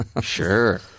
sure